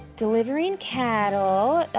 delivering cattle, ah